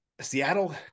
Seattle